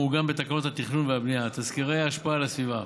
המעוגן בתקנות התכנון והבנייה (תסקירי השפעה על הסביבה),